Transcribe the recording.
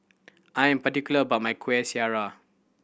I am particular about my Kueh Syara